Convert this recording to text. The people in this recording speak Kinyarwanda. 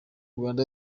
rwanda